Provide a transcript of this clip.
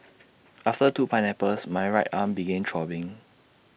after two pineapples my right arm began throbbing